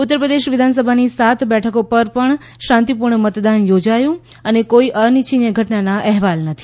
ઉત્તર પ્રદેશ વિધાનસભાની સાત બેઠકો પર પણ શાંતિપૂર્ણ મતદાન યોજાયું કોઈ અનિચ્છનીય ઘટનના અહેવાલ નથી